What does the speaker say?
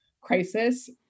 crisis